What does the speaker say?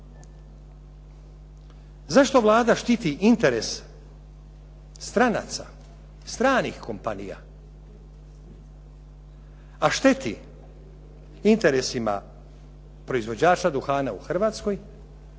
Zašto Vlada štiti interes stranaca, stranih kompanija a šteti interesima proizvođača duhana u Hrvatskoj